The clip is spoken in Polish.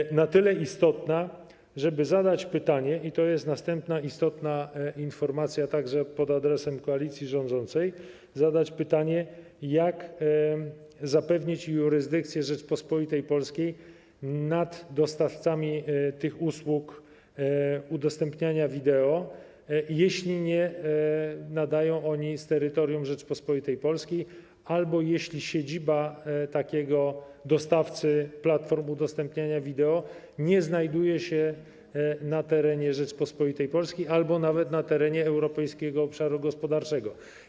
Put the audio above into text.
Jest to na tyle istotne, że należy zadać pytanie - i to jest następna istotna informacja, mówię to także pod adresem koalicji rządzącej - jak zapewnić jurysdykcję Rzeczypospolitej Polskiej nad dostawcami tych usług udostępniania wideo, jeśli nie nadają oni z terytorium Rzeczypospolitej Polskiej albo jeśli siedziba takiego dostawcy platform udostępniania wideo nie znajduje się na terenie Rzeczypospolitej Polskiej ani nawet na terenie Europejskiego Obszaru Gospodarczego.